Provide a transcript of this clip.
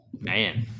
Man